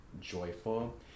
joyful